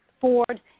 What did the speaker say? Ford